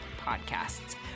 podcasts